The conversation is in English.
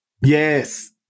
Yes